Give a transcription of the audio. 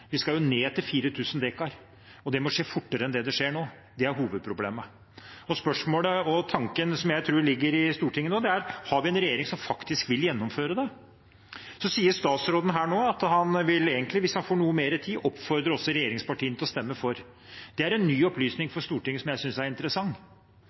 Vi skal ned til 4 000 dekar, og det må skje fortere enn nå. Det er hovedproblemet. Spørsmålet og tanken som jeg tror ligger i Stortinget nå, er: Har vi en regjering som vil gjennomføre det? Statsråden sier her nå at han egentlig vil – hvis han får noe mer tid – oppfordre også regjeringspartiene til å stemme for. Det er en ny opplysning